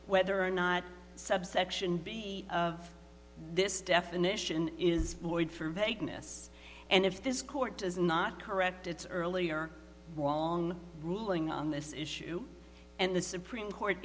whether or not subsection b of this definition is void for vagueness and if this court does not correct its earlier ruling on this issue and the supreme court